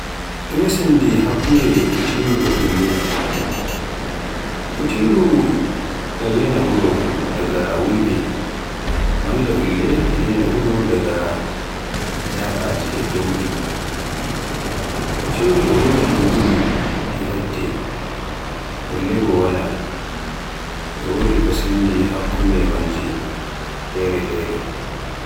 Ɗume sendi hakkunde kutiiru e ulle. Kutiiru e rena wuro daga wuyɓe malla ulle e rena wuro daga jaɓaaji e dowbi, kutiiru e wodi doggudu e ladde, ulle bo wala. E wodi ko sendi hakkunde majji fere-fere.